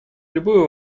любую